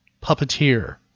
puppeteer